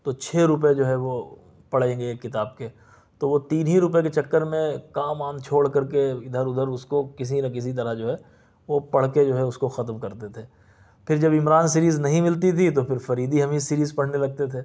تو چھ روپئے جو ہے وہ پڑیں گے ایک کتاب کے تو وہ تین ہی روپئے کے چکر میں کام وام چھوڑ کرکے ادھر ادھر اس کو کسی نہ کسی طرح جو ہے وہ پڑھ کے جو ہے اس کو ختم کرتے تھے پھر جب عمران سیریز نہیں ملتی تھی تو پھر فریدی حمید سیریز پڑھنے لگتے تھے